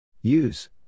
Use